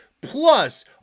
plus